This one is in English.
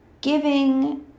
giving